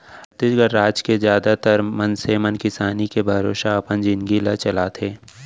छत्तीसगढ़ राज के जादातर मनसे मन किसानी के भरोसा अपन जिनगी ल चलाथे